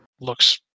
looks